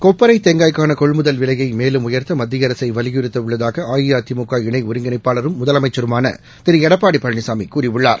கொப்பரைத் தேங்காய்க்கானகொள்முதல் விலையைமேலும் உயர்த்தமத்திய அரசைவலியுறுத்தவுள்ளதாக அஇஅதிமுக இணைஒருங்கிணைப்பாளரும் முதலமைச்சருமானதிருளடப்பாடிபழனிசாமிகூறியுள்ளார்